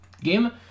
Game